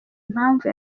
impamvu